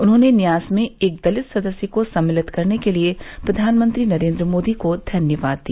उन्होंने न्यास में एक दलित सदस्य को सम्मिलित करने के लिए प्रधानमंत्री नरेन्द्र मोदी को धन्यवाद दिया